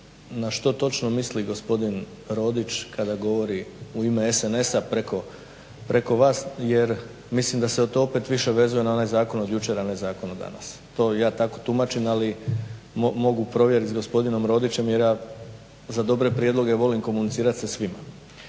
na što točno misli gospodin Rodić kada govori u ime SNS-a preko vas jer mislim da se to opet više vezuje na onaj Zakon od jučer, a ne zakon od danas. To ja tako tumačim ali mogu provjeriti s gospodinom Rodićem jer ja za dobre prijedloge volim komunicirati sa svima.